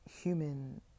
human